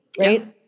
right